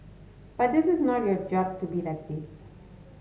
but this is not your job to be like this